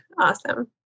Awesome